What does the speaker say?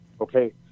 Okay